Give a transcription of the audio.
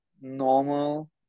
normal